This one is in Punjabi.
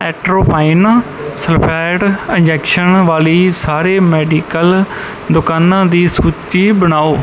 ਐਟ੍ਰੋਪਾਈਨ ਸਲਫੇਟ ਇੰਜੈਕਸ਼ਨ ਵਾਲੀ ਸਾਰੇ ਮੈਡੀਕਲ ਦੁਕਾਨਾਂ ਦੀ ਸੂਚੀ ਬਣਾਓ